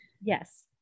Yes